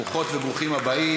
ברוכות וברוכים הבאים.